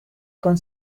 con